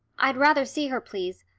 i'd rather see her, please.